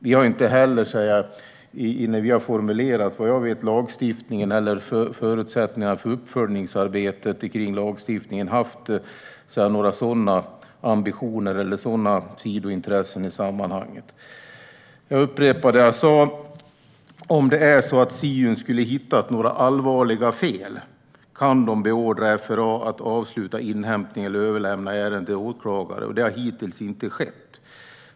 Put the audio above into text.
Vad jag vet har vi heller inte, när vi formulerade lagstiftningen eller förutsättningarna för uppföljningsarbetet kring lagstiftningen, haft några sådana ambitioner eller sidointressen i sammanhanget. Jag upprepar det jag sa: Om det är så att Siun skulle ha hittat några allvarliga fel kan de beordra FRA att avsluta inhämtning eller överlämna ärenden till åklagare. Detta har hittills inte skett.